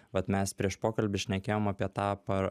vat mes prieš pokalbį šnekėjom apie tą par